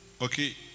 okay